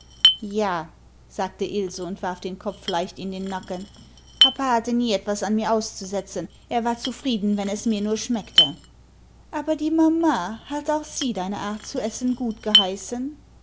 ja sagte ilse und warf den kopf leicht in den nacken papa hatte nie etwas an mir auszusetzen er war zufrieden wenn es mir nur schmeckte aber die mama hat auch sie deine art zu essen gutgeheißen